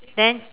then